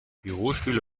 bürostühle